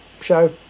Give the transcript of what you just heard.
show